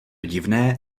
divné